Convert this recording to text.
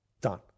Done